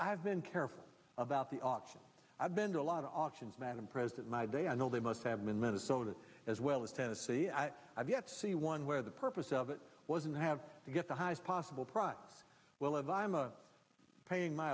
i've been careful about the option i've been to a lot of options madam president my day i know they must have been minnesota as well as tennessee i've yet to see one where the purpose of it wasn't have to get the highest possible price well of i'm paying my